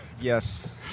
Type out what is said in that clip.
Yes